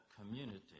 community